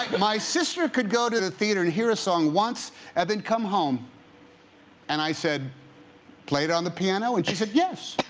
my sister could go to the theater to and hear a song once and then come home and i said play it on the piano and she said yes